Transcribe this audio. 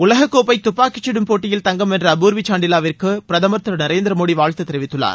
உலக் கோப்பை துப்பாக்கி கடும் போட்டியில் தங்கம் வென்ற அபூர்வி சாண்டிவாவிற்கு பிரதமர் திரு நரேந்திரமோடி வாழ்த்து தெரிவித்துள்ளார்